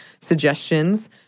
suggestions